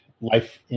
life